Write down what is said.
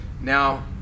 Now